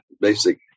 Basic